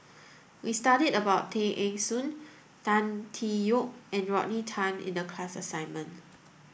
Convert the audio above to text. we studied about Tay Eng Soon Tan Tee Yoke and Rodney Tan in the class assignment